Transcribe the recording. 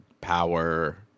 power